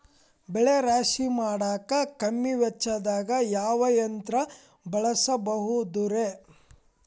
ಬೆಳೆ ರಾಶಿ ಮಾಡಾಕ ಕಮ್ಮಿ ವೆಚ್ಚದಾಗ ಯಾವ ಯಂತ್ರ ಬಳಸಬಹುದುರೇ?